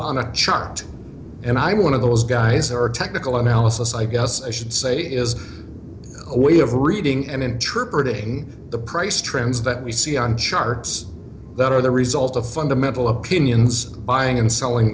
on a chart and i one of those guys are technical analysis i guess i should say is a way of reading and trip reading the price trends that we see on charts that are the result of fundamental opinions buying and selling